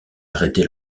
arrêté